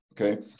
Okay